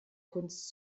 kunst